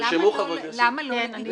יואב, למה לא --- נרשמו חברי כנסת.